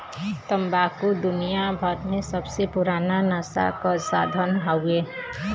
तम्बाकू दुनियाभर मे सबसे पुराना नसा क साधन हउवे